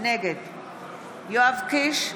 נגד יואב קיש,